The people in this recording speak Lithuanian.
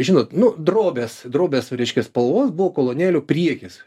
žinot nu drobės drobės reiškia spalvos buvo kolonėlių priekis